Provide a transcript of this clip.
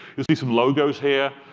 you'll see some logos here.